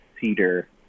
cedar